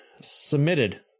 submitted